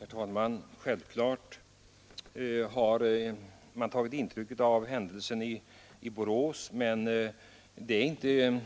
Herr talman! Självfallet har människor tagit intryck av händelsen i Borås, men den är inte